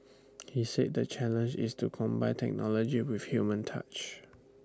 he said the challenge is to combine technology with human touch